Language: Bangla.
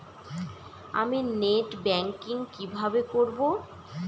আমি নেট ব্যাংকিং কিভাবে করব?